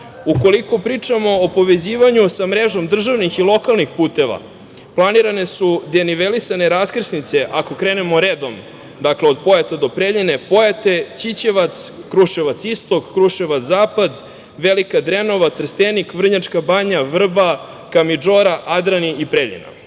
Čačak. Ukoliko pričamo o povezivanju sa mrežom državnim i lokalnih puteva, planirane su denivelisane raskrsnice, ako krenemo redom, dakle, od Pojata do Preljine_ Pojate, Ćićevac, Kruševac istok, Kruševac zapad, Velika Drenova, Trstenik, Vrnjačka Banja, Vrba, Kamidžora, Adrani i Preljina. Nadam